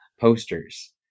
posters